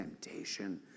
temptation